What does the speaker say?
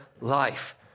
life